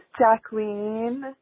Jacqueline